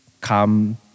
come